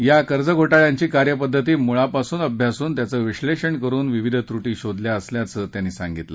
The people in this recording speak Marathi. या कर्जघोटाळयांची कार्यपद्धती मुळापासून अभ्यासून तिचं विश्नेषण करुन विविध त्रूटी शोधल्या असल्याचं त्यांनी सांगितलं